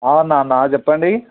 అన్న అన్న చెప్పండి